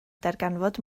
darganfod